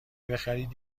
بخرید